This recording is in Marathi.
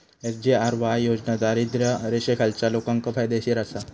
एस.जी.आर.वाय योजना दारिद्र्य रेषेखालच्या लोकांका फायदेशीर आसा